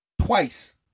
twice